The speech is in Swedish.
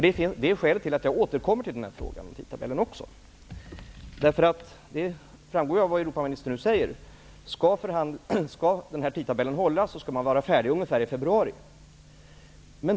Det är skälet till att jag återkommer även till frågan om tidtabellen. Det framgår av det Europaministern säger att om tidtabellen skall hålla skall man vara färdig med förhandlingarna ungefär i februari.